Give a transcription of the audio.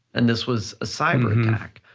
and this was a cyber attack.